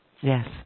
Yes